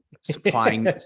Supplying